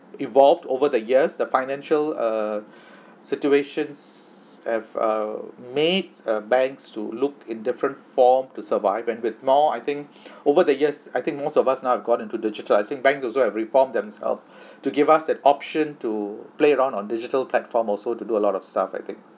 evolved over the years the financial err situations have uh made a banks to look in different form to survive and with more I think over the years I think most of us now have gone into digital I think banks also have reform themselves to give us that option to play around on digital platform also to do a lot of stuff I think